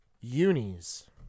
unis